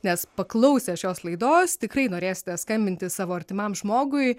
nes paklausę šios laidos tikrai norėsite skambinti savo artimam žmogui